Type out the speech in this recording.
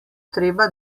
treba